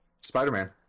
Spider-Man